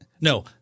No